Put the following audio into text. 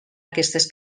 aquestes